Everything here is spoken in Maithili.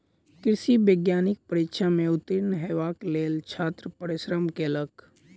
कृषि वैज्ञानिक परीक्षा में उत्तीर्ण हेबाक लेल छात्र परिश्रम कयलक